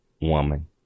woman